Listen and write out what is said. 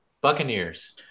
Buccaneers